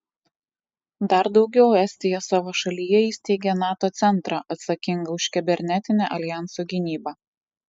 dar daugiau estija savo šalyje įsteigė nato centrą atsakingą už kibernetinę aljanso gynybą